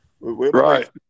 right